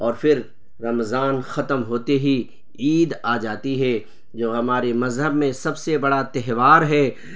اور پھر رمضان ختم ہوتے ہی عید آ جاتی ہے جو ہمارے مذہب میں سب سے بڑا تہوار ہے